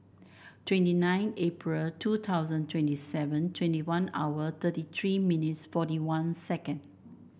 twenty nine April two thousand twenty seven twenty one hour thirty three minutes forty one second